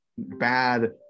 bad